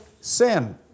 sin